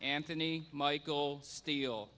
anthony michael steel